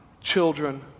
children